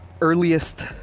earliest